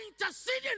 interceding